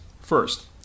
First